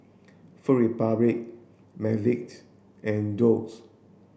Food Republic McVitie's and Doux